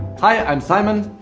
hi, i'm simon,